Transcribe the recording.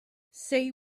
say